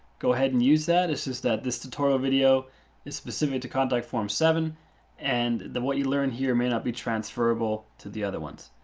go ahead and use that. it's just that this tutorial video is specific to contact form seven and that what you learn here may not be transferable to the other ones.